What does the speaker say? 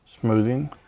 smoothing